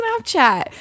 Snapchat